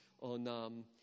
on